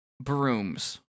brooms